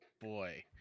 boy